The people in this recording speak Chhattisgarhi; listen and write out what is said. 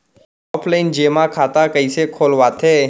ऑफलाइन जेमा खाता कइसे खोलवाथे?